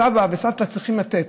סבא וסבתא צריכים לתת,